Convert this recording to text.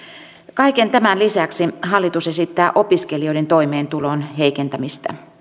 kaiken tämän lisäksi hallitus esittää opiskelijoiden toimeentulon heikentämistä